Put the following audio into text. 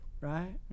right